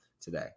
today